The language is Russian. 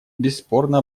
бесспорно